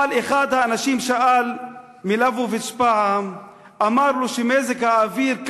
אחד האנשים שאל את ליבוביץ פעם: מזג האוויר,